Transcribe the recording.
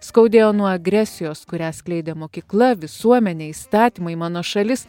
skaudėjo nuo agresijos kurią skleidė mokykla visuomenė įstatymai mano šalis